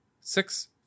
Six